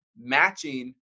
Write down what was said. matching